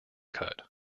cut